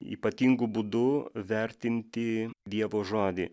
ypatingu būdu vertinti dievo žodį